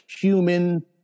Human